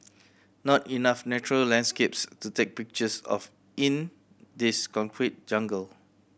not enough natural landscapes to take pictures of in this concrete jungle